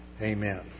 Amen